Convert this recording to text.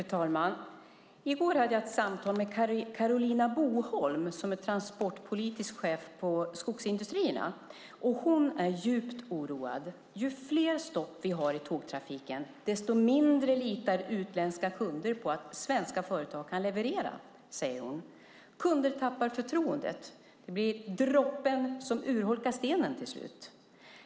Fru talman! I går hade jag ett samtal med Karolina Boholm som är transportpolitisk chef på Skogsindustrierna. Hon är djupt oroad. Ju fler stopp vi har i tågtrafiken, desto mindre litar utländska kunder på att svenska företag kan leverera, säger hon. Kunder tappar förtroendet. Det blir droppen som urholkar stenen till slut.